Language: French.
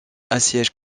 assiègent